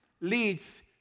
leads